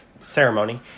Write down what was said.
ceremony